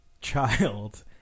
child